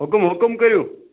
حُکُم حُکُم کٔرِو